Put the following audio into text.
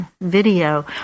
video